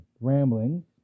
rambling